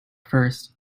first